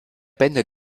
bände